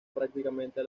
prácticamente